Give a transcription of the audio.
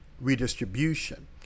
redistribution